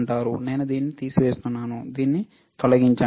నేను దీన్ని తీసి వేస్తున్నాను దీన్ని సరే తొలగించండి